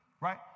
right